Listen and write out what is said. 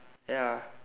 ya